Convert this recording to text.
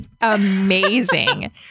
amazing